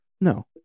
No